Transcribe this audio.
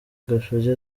gashugi